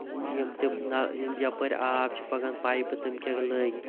یِم تہِ نا یِم تہِ یَپٲر آب چھِ پَکان پایپہٕ تِم کیاہ لٔگۍ